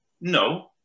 no